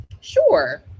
sure